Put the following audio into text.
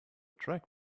track